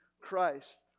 Christ